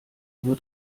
nur